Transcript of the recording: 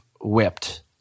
whipped